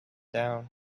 down